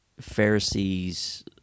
Pharisees